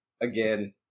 again